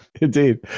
Indeed